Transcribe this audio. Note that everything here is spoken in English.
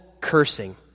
cursing